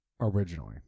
Originally